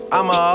I'ma